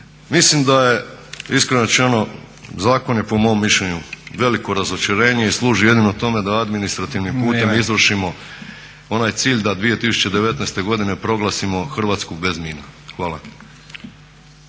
Mislim da je iskreno rečeno, zakon je po mom mišljenju veliko razočarenje i služi jedino tome da administrativnim putem izvršimo onaj cilj da 2019.godine proglasimo Hrvatsku bez mina. Hvala.